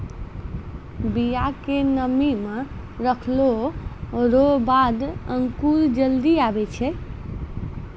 बिया के नमी मे रखलो रो बाद अंकुर जल्दी आबै छै